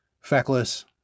feckless